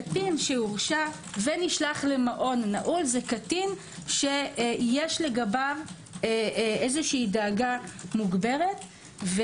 קטין שהורשע ונשלח למעון נעול זה קטין שיש לגביו איזו דאגה מוגברת,